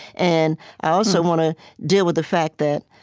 and i also want to deal with the fact that,